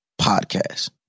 podcast